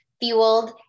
fueled